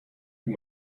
you